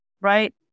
Right